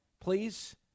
please